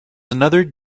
another